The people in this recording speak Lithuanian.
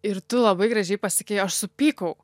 ir tu labai gražiai pasakei aš supykau